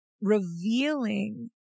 revealing